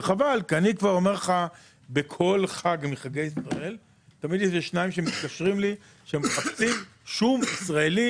בכל חג יש תמיד איזה שניים שמתקשרים אלי כי הם מחפשים שום ישראלי.